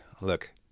look